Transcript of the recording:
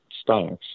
stocks